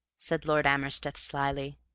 said lord amersteth slyly.